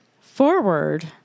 forward